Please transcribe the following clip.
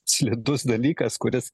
slidus dalykas kuris